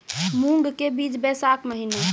मूंग के बीज बैशाख महीना